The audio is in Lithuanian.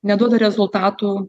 neduoda rezultatų